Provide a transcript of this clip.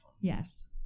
Yes